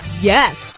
yes